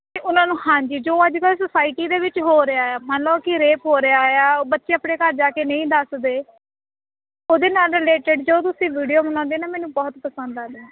ਅਤੇ ਉਹਨਾਂ ਨੂੰ ਹਾਂਜੀ ਜੋ ਅੱਜ ਕੱਲ੍ਹ ਸੋਸਾਇਟੀ ਦੇ ਵਿੱਚ ਹੋ ਰਿਹਾ ਮਨ ਲੋ ਕਿ ਰੇਪ ਹੋ ਰਿਹਾ ਆ ਬੱਚੇ ਆਪਣੇ ਘਰ ਜਾ ਕੇ ਨਹੀਂ ਦੱਸਦੇ ਉਹਦੇ ਨਾਲ ਰਿਲੇਟਡ ਜੋ ਤੁਸੀਂ ਵੀਡੀਓ ਬਣਾਉਂਦੇ ਨਾ ਮੈਨੂੰ ਬਹੁਤ ਪਸੰਦ ਆਉਦੀਆਂ